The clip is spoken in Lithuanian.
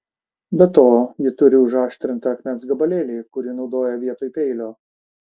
be to ji turi užaštrintą akmens gabalėlį kurį naudoja vietoj peilio